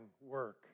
work